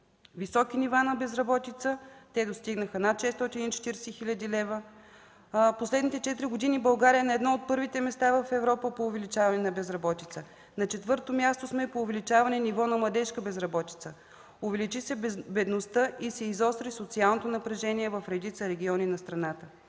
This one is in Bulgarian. високи нива на безработица, те достигнаха над 640 хиляди. В последните четири години България е на едно от първите места в Европа по увеличаване на безработицата. На четвърто място сме по увеличаване нивото на младежка безработица. Увеличи се бедността и се изостри социалното напрежение в редица региони на страната.